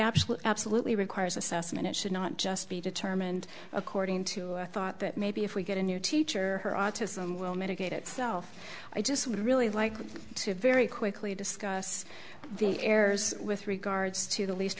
absolutely absolutely requires assessment it should not just be determined according to a thought that maybe if we get a new teacher her autism will mitigate itself i just would really like to very quickly discuss the errors with regards to the least